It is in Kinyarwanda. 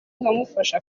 nkamufasha